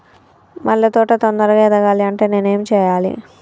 మల్లె తోట తొందరగా ఎదగాలి అంటే నేను ఏం చేయాలి?